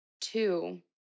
two